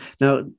Now